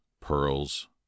pearls